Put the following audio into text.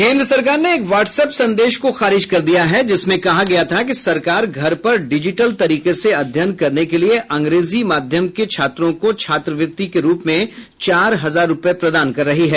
केन्द्र सरकार ने एक व्हाट्सऐप संदेश को खारिज कर दिया है जिसमें कहा गया था कि सरकार घर पर डिजिटल तरीके से अध्ययन करने के लिये अंग्रेजी माध्यम के छात्रों को छात्रवृत्ति के रूप में चार हजार रूपये प्रदान कर रही है